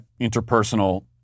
interpersonal